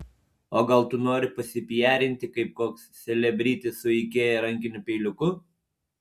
o gal tu nori pasipijarinti kaip koks selebritis su ikea rankiniu peiliuku